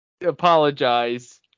Apologize